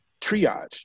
triage